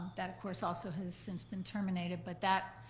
that of course also has since been terminated, but that.